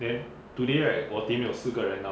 then today right 我 team 有四个人 now